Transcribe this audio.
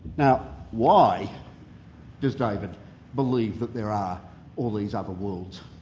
now why does david believe that there are all these other worlds?